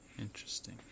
Interesting